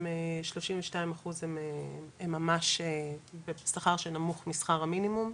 הם 32 אחוז הם ממש בשכר שנמוך משכר המינימום,